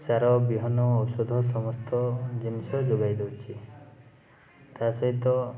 ସାର ବିହନ ଔଷଧ ସମସ୍ତ ଜିନିଷ ଯୋଗାଇ ଦେଉଛି ତା'ସହିତ